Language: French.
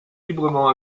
librement